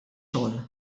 xogħol